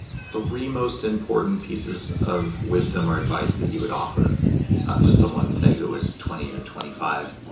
three most important pieces of wisdom or advice that you would offer to someone, say who was twenty or twenty five.